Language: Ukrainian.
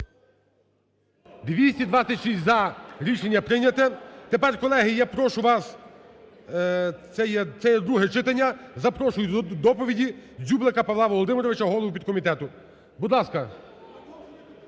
За-226 Рішення прийняте. Тепер, колеги, я прошу вас… це є друге читання, запрошую до доповіді Дзюблика Павла Володимировича, голову підкомітету. Будь ласка.